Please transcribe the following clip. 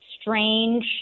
strange